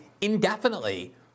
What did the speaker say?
indefinitely